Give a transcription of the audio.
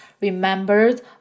remembered